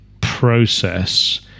process